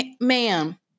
ma'am